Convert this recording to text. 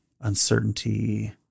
uncertainty